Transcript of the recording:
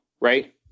Right